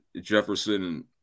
Jefferson